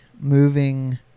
moving